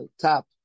top